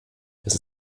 das